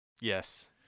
Yes